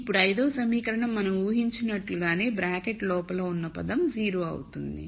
ఇప్పుడు అయిదవ సమీకరణం మనం ఊహించినట్లుగానే బ్రాకెట్ లోపల ఉన్న పదం 0 అవుతుంది